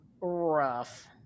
rough